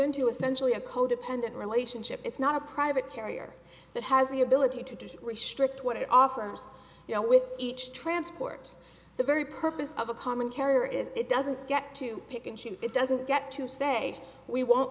into essentially a codependent relationship it's not a private carrier that has the ability to restrict what it offers you know with each transport the very purpose of a common carrier is it doesn't get to pick and choose it doesn't get to say we won't